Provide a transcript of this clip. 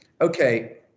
Okay